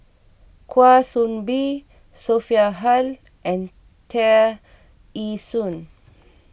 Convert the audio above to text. Kwa Soon Bee Sophia Hull and Tear Ee Soon